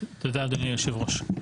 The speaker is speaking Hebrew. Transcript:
תודה אדוני היושב ראש.